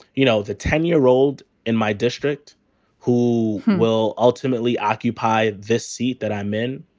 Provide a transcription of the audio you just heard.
you know, the ten year old in my district who will ultimately occupy this seat, that i mean,